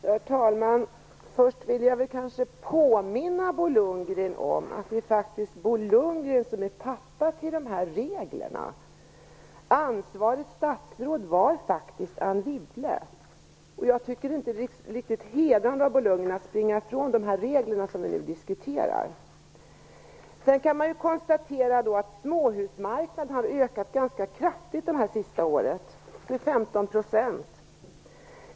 Herr talman! Först vill jag påminna Bo Lundgren om att det är Bo Lundgren som är pappa till de här reglerna. Ansvarigt statsråd var faktiskt Anne Wibble. Jag tycker inte att det är riktigt hedrande av Bo Lundgren att springa ifrån de regler som vi nu diskuterar. Sedan kan man konstatera att småhusmarknaden har ökat ganska kraftigt det senaste året, med 15 %.